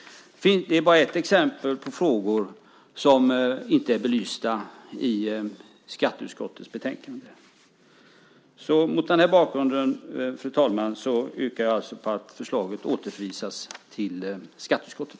Det är bara ett exempel på frågor som inte är belysta i skatteutskottets betänkande. Fru talman! Mot den bakgrunden yrkar jag att förslaget återförvisas till skatteutskottet.